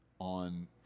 on